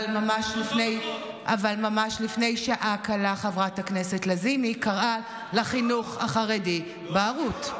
אבל ממש לפני שעה קלה חברת הכנסת לזימי קראה לחינוך החרדי "בערות".